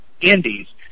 Indies